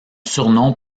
surnom